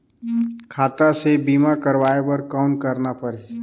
खाता से बीमा करवाय बर कौन करना परही?